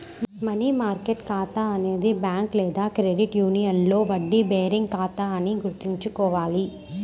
money market ఖాతా అనేది bank లేదా క్రెడిట్ యూనియన్లో వడ్డీ బేరింగ్ ఖాతా అని గుర్తుంచుకోవాలి